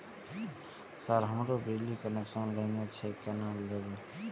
Sir हमरो बिजली connection लेना छे केना लेबे?